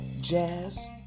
jazz